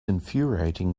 infuriating